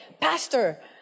Pastor